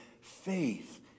faith